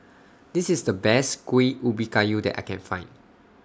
This IS The Best Kuih Ubi Kayu that I Can Find